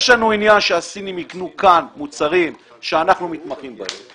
יש לנו עניין שהסינים יקנו כאן מוצרים שאנחנו מתמחים בהם.